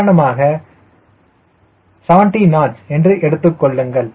உதாரணமாக 70 knots எடுத்துக்கொள்ளுங்கள்